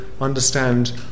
understand